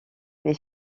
mais